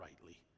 rightly